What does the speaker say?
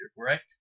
correct